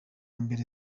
mbere